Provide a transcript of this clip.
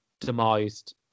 demised